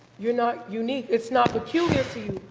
you're not unique, it's not peculiar to you.